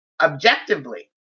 objectively